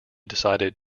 decided